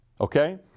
okay